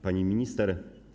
Pani Minister!